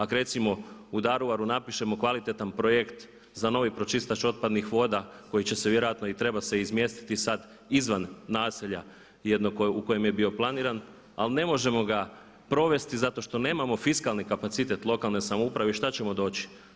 Ako recimo u Daruvaru napišemo kvalitetan projekt za novi pročistač otpadnih voda koji će se vjerojatno i treba se izmjestiti sad izvan naselja jednog u kojem je bio planiran, ali ne možemo ga provesti zato što nemamo fiskalni kapacitet lokalne samouprave i šta ćemo doći?